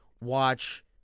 watch –